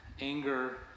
anger